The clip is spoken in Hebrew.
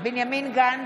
בנימין גנץ,